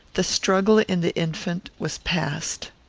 the struggle in the infant was past.